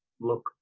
look